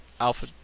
Alpha